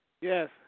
Yes